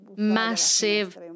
massive